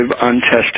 untested